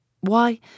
Why